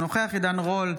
עידן רול,